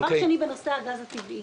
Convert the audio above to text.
דבר שני, בנושא הגז הטבעי